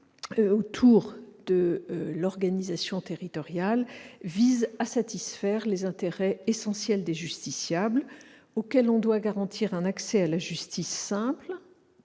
autour de l'organisation territoriale vise ainsi à satisfaire les intérêts essentiels des justiciables, auxquels on doit garantir un accès à la justice qui